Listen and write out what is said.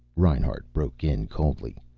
reinhart broke in coldly.